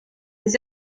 des